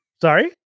Sorry